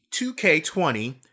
2K20